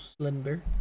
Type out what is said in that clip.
slender